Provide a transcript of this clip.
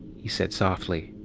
he said softly.